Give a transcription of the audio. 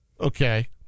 Okay